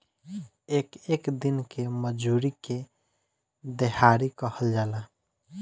एक एक दिन के मजूरी के देहाड़ी कहल जाला